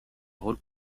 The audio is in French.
rôles